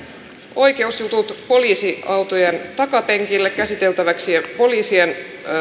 oikeusjutut poliisiautojen takapenkille käsiteltäviksi ja poliisien